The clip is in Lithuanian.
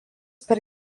per